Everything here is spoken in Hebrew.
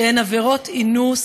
שהן עבירות אינוס,